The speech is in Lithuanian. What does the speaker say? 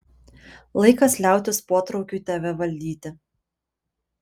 laikas liautis potraukiui tave valdyti